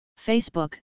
Facebook